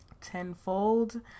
tenfold